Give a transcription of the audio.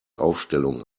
aufstellung